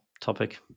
topic